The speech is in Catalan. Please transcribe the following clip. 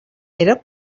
era